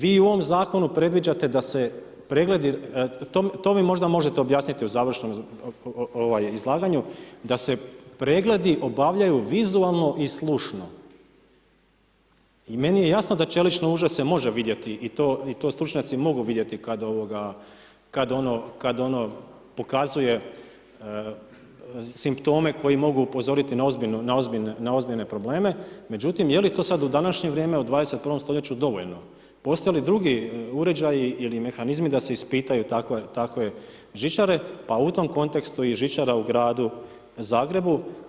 Vi u ovom zakonu predviđate da se, to vi možda možete objasniti u završnom izlaganju, da se pregledi obavljaju vizualno i slušno i meni je jasno da čelično uže se može vidjeti i to stručnjaci mogu vidjeti kada ono pokazuje simptome koji mogu upozoriti na ozbiljne probleme, međutim, je li to sada u današnje vrijeme u 21. dovoljno, postoje li drugi uređaji ili mehanizmi da se ispitaju takve žičare pa u tom kontekstu i žičara u gradu Zagrebu.